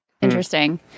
Interesting